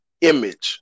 image